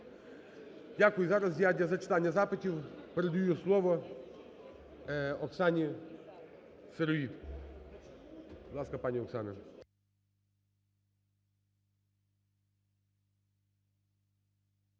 Дякую. Зараз я для зачитання запитів передаю слово Оксані Сироїд.